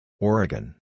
Oregon